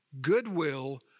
goodwill